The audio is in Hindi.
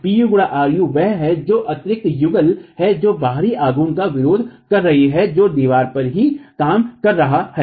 Pu x ru वह है जो आंतरिक युगल है जो बाहरी आघूर्ण का विरोध कर रही है जो दीवार पर ही काम कर रहा है